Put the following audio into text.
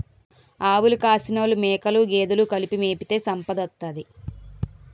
ఆవులు కాసినోలు మేకలు గేదెలు కలిపి మేపితే సంపదోత్తది